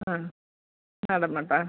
ആ നാടൻ മുട്ട ആ